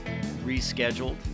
rescheduled